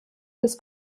des